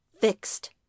fixed